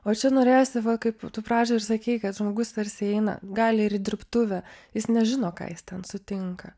o čia norėjosi va kaip tu pradžioj ir sakei kad žmogus tarsi eina gali ir į dirbtuvę jis nežino ką jis ten sutinka